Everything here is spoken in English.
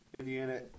Indiana